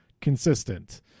consistent